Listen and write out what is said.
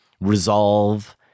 resolve